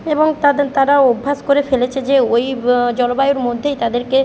এবং তাদের তারা অভ্যাস করে ফেলেছে যে ওই জলবায়ুর মধ্যেই তাদেরকে